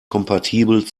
kompatibel